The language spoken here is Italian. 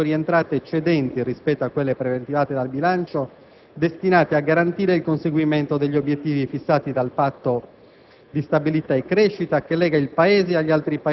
e a valutare l'opportunità di destinare le eventuali maggiori entrate eccedenti rispetto a quelle preventivate dal bilancio, destinate a garantire il conseguimento degli obiettivi fissati dal patto